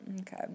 okay